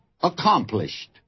accomplished